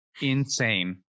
Insane